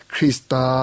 Krista